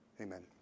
amen